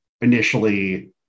initially